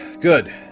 Good